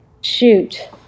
shoot